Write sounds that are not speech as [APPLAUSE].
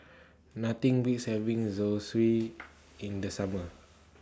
[NOISE] Nothing Beats having Zosui [NOISE] in The Summer